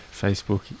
Facebook